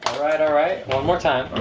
alright, alright, one more time.